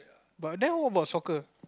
but then what about soccer